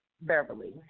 Beverly